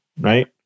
right